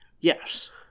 Yes